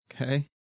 Okay